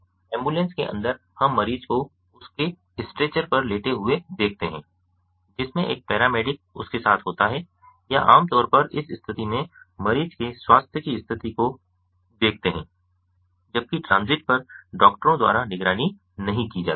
ambulance के अंदर हम मरीज को उसके स्ट्रेचर पर लेटे हुए देखते हैं जिसमें एक पैरामेडिक उसके साथ होता है या आम तौर पर इस स्थिति में मरीज के स्वास्थ्य की स्थिति को देखते हैं जबकि ट्रांजिट पर डॉक्टरों द्वारा निगरानी नहीं की जाती है